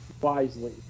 wisely